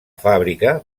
fàbrica